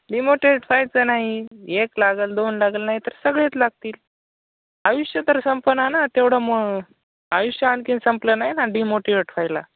demotivate व्हायचं नाही एक लागेल दोन लागेल नाही तर सगळेच लागतील आयुष्य तर संपनानं तेवढं मग आयुष्य आणखीन संपलं नाही ना डिमोटिवेट व्हायला